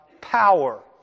power